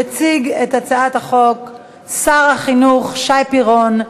יציג את הצעת החוק שר החינוך שי פירון,